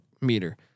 meter